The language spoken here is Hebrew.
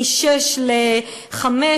מ-6 ל-5,